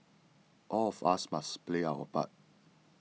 all of us must play our part